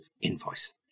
invoice